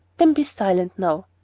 then be silent now.